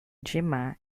jima